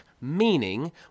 meaning